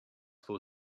for